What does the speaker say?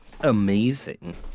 amazing